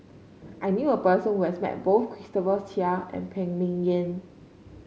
I knew a person who has met both Christopher Chia and Phan Ming Yen